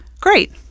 great